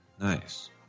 Nice